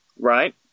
Right